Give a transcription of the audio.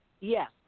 Yes